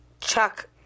Chuck